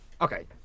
Okay